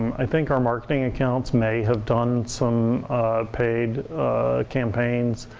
i think our marketing account may have done some paid campaigns.